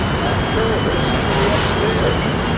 i'm sure there's somebody upstairs.